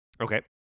Okay